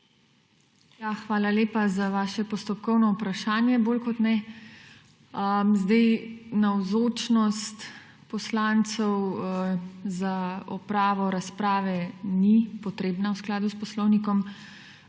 Hvala lepa za vaše postopkovno vprašanje bolj kot ne. Navzočnost poslancev za opravo razprave ni potrebna v skladu s poslovnikom,